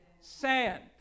Sand